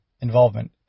involvement